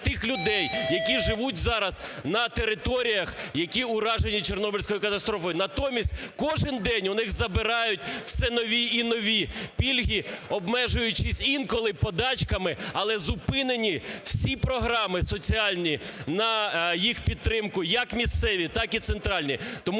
тих людей, які живуть зараз на територіях, які уражені Чорнобильською катастрофою. Натомість кожен день у них забирають все нові і нові пільги, обмежуючись інколи подачками, але зупинені всі програми соціальні на їх підтримку як місцеві, так і центральні.